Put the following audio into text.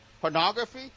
pornography